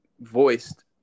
voiced